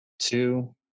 two